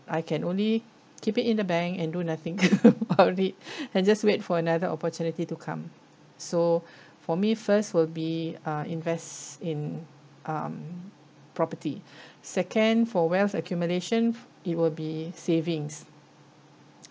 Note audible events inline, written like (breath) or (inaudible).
I can only keep it in the bank and do nothing (laughs) about it (laughs) and just wait for another opportunity to come so for me first will be uh invest in um property (breath) second for wealth accumulation it will be savings